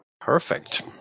Perfect